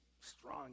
strong